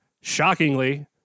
shockingly